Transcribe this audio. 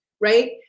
right